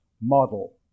model